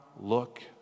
look